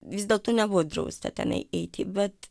vis dėlto nebuvo drausta tenai eiti bet